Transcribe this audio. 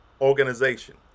organization